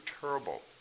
terrible